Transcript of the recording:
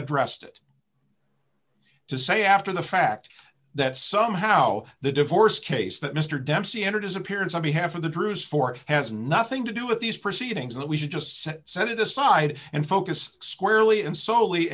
addressed it to say after the fact that somehow the divorce case that mr dempsey entered his appearance on behalf of the drews fort has nothing to do with these proceedings that we should just set set it aside and focus squarely and s